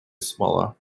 смола